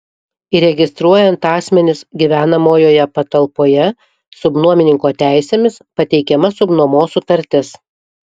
įregistruojant asmenis gyvenamojoje patalpoje subnuomininko teisėmis pateikiama subnuomos sutartis